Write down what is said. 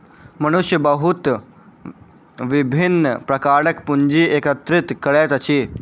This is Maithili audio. मनुष्य बहुत विभिन्न प्रकारक पूंजी एकत्रित करैत अछि